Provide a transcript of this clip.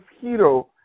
hero